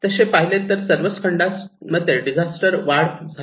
तसे पाहिले तर सर्वच खंडांमध्ये डिझास्टर वाढ झाले आहे